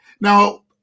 Now